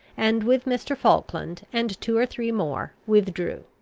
and with mr. falkland and two or three more withdrew.